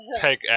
take